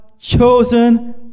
chosen